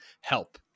help